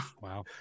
Wow